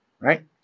right